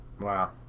Wow